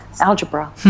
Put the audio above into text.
algebra